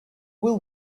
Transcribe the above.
will